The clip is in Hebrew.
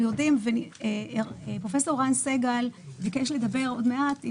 אנחנו יודעים ופרופ' ערן סגל ביקש לדבר עוד מעט בזום,